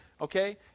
Okay